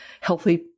healthy